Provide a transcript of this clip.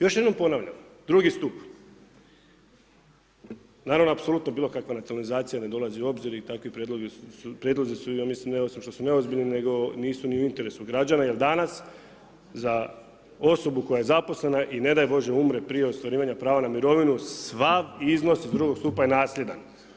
Još jednom ponavljam, drugi stup, naravno apsolutno bilo kakva nacionalizacija ne dolazi u obzir i takvi prijedlozi su, ja mislim ne osim što su neozbiljni nego nisu ni u interesu građana, jer danas za osobu koja je zaposlena i ne daj Bože umre prije ostvarivanja prava na mirovinu, sav iznos iz drugog stupa je nasljedan.